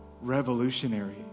revolutionary